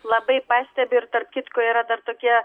labai pastebi ir tarp kitko yra dar tokie